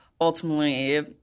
ultimately